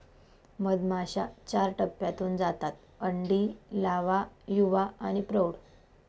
मधमाश्या चार टप्प्यांतून जातात अंडी, लावा, युवा आणि प्रौढ